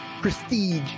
prestige